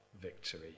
victory